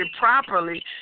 properly